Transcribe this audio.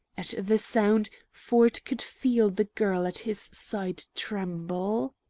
at the sound, ford could feel the girl at his side tremble.